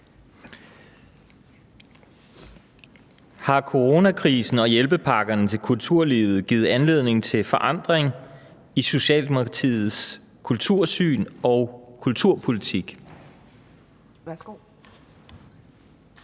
Har coronakrisen og hjælpepakkerne til kulturlivet givet anledning til forandring i Socialdemokratiets kultursyn og kulturpolitik?